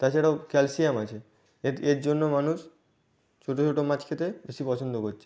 তাছাড়াও ক্যালসিয়াম আছে এর জন্য মানুষ ছোটো ছোটো মাছ খেতে বেশি পছন্দ করছে